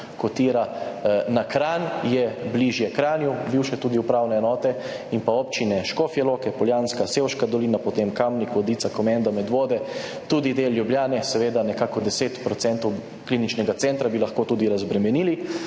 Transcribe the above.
na Kranj, je bližje Kranju, tudi bivše upravne enote in občine Škofja Loka, Poljanska, Sevška dolina, potem Kamnik, Vodice, Komenda, Medvode, tudi del Ljubljane, nekako 10 % kliničnega centra bi lahko tudi razbremenili.